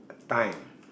time